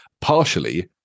Partially